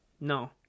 No